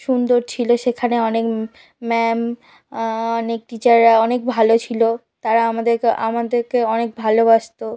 সুন্দর ছিলো সেখানে অনেক ম্যাম অনেক টিচাররা অনেক ভালো ছিলো তারা আমাদেরকে আমাদেরকে অনেক ভালোবাসতো